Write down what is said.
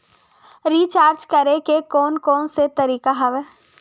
Recharge करे के कोन कोन से तरीका हवय?